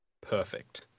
Perfect